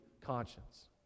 conscience